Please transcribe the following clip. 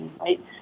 right